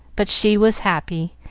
but she was happy,